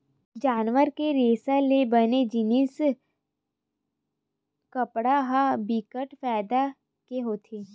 जानवर के रेसा ले बने जिनिस कपड़ा ह बिकट फायदा के होथे